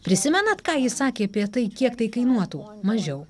prisimenat ką jis sakė apie tai kiek tai kainuotų mažiau